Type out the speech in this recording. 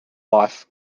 life